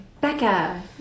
Becca